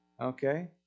Okay